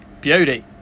beauty